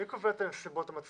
מי קובע את הנסיבות המצדיקות?